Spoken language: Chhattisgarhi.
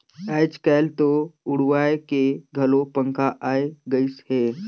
आयज कायल तो उड़वाए के घलो पंखा आये गइस हे